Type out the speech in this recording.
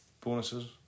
bonuses